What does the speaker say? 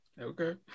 Okay